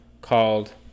called